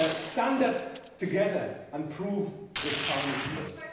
ah stand up together and prove this parliament's worth.